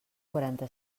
quaranta